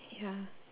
ya